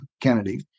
Kennedy